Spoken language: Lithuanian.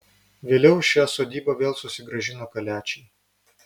vėliau šią sodybą vėl susigrąžino kaliačiai